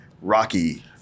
Rocky